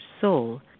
soul